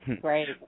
Great